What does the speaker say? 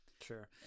sure